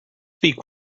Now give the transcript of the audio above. beak